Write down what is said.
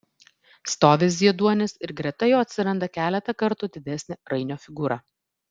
stovi zieduonis ir greta jo atsiranda keletą kartų didesnė rainio figūra